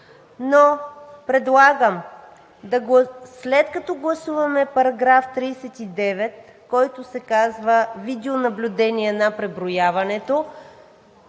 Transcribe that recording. но предлагам, след като гласуваме § 39, в който се казва: „видеонаблюдение на преброяването“,